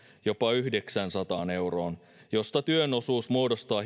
jopa yhdeksäänsataan euroon josta hinnasta työn osuus muodostaa